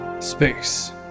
space